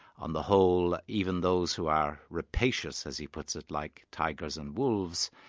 on the whole, even those who are rapacious, as he puts it, like tigers and wolves,